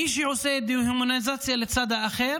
מי שעושה דה-הומניזציה לצד האחר